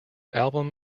album